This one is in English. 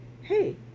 hey